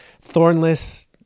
thornless